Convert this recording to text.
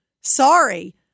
Sorry